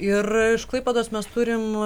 ir iš klaipėdos mes turim